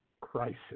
crisis